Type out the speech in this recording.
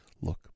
look